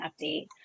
update